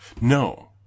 no